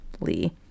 Lee